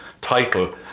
title